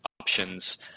options